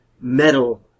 metal